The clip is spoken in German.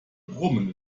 brummen